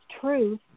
truth